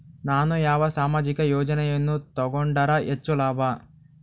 ನಾನು ಯಾವ ಸಾಮಾಜಿಕ ಯೋಜನೆಯನ್ನು ತಗೊಂಡರ ಹೆಚ್ಚು ಲಾಭ?